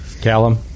Callum